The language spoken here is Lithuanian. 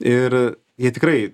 ir jie tikrai